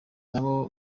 nabo